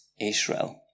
Israel